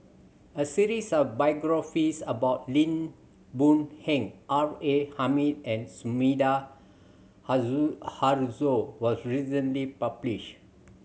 a series of biographies about Lim Boon Heng R A Hamid and Sumida Haruzo was recently published